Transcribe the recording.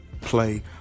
play